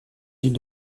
ville